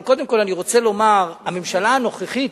אבל קודם כול אני רוצה לומר: הממשלה הנוכחית,